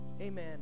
Amen